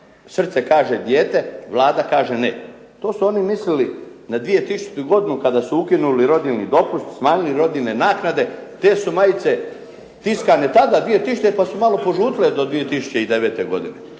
srce kaže dijete, Vlada kaže ne". To su oni mislili na 2000. godinu kada su ukinuli rodiljni dopust, smanjili roditljne naknade, te su majice tiskane tada 2000. pa su malo požutile do 2009. godine.